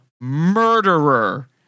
murderer